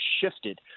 shifted